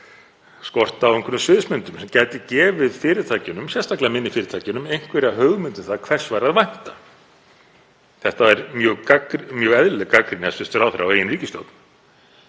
skort á einhverjum sviðsmyndum sem gætu gefið fyrirtækjunum, sérstaklega minni fyrirtækjunum, einhverja hugmynd um það hvers væri að vænta. Þetta er mjög eðlileg gagnrýni hæstv. ráðherra á eigin ríkisstjórn,